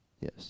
yes